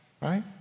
right